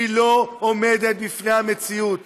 כי היא לא עומדת בפני המציאות,